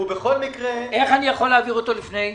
איך אני יכול להעביר אותו לפני כן?